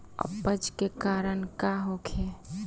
अपच के कारण का होखे?